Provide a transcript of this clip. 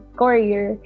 courier